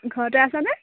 ঘৰতে আছনে